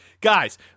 guys